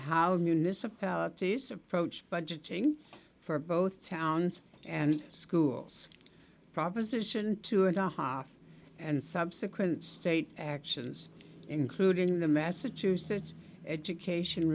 how municipalities approach budgeting for both towns and schools proposition two and a half and subsequent state actions including the massachusetts education